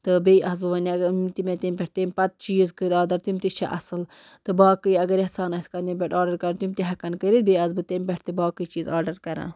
تہٕ بیٚیہِ تٔمۍ پٮ۪ٹھ تٔمۍ پَتہٕ چیٖز کٔر آرڈَر تِم تہِ چھِ اصٕل تہٕ باقٕے اگر یژھان آسہِ کانٛہہ تٔمۍ پٮ۪ٹھ آرڈَر کَرُن تِم تہِ ہٮ۪کَن کٔرِتھ بیٚیہِ آسہٕ بہٕ تٔمۍ پٮ۪ٹھ تہِ باقٕے چیٖز آرڈَر کران